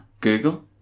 Google